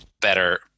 better